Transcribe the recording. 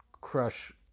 crush